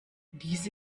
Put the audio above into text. diese